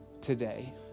today